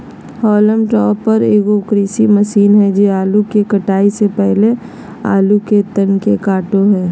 haulm topper एगो कृषि machine हइ जे आलू के कटाई से पहले आलू के तन के काटो हइ